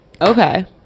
Okay